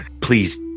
please